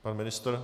Pan ministr?